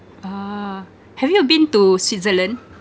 ah have you been to switzerland